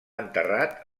enterrat